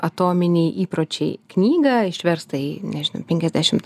atominiai įpročiai knygą išverstą į nežinau penkiasdešimt